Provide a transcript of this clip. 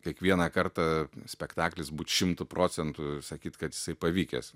kiekvieną kartą spektaklis būt šimtu procentų sakyt kad jisai pavykęs